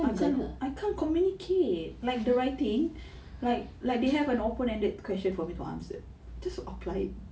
I can't communicate like the writing they have an open ended question for me to answer just apply it